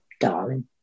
darling